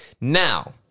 Now